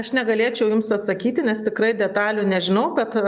aš negalėčiau jums atsakyti nes tikrai detalių nežinau bet